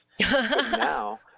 now